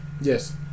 Yes